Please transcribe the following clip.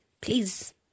Please